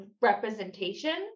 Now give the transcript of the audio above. representation